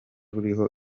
ruriho